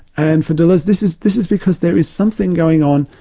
and for deleuze this is this is because there is something going on,